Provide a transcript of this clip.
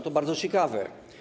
To bardzo ciekawe.